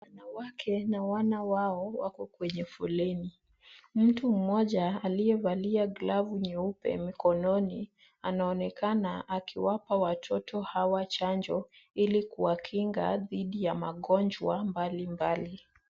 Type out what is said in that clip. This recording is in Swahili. Wanawake na wana wao wako kwenye foleni. Mtu mmoja aliyevalia glavu nyeupe mikononi anaonekana akiwapa watoto hawa chanjo ili kuwakinga dhidi ya magonjwa mbalimbali.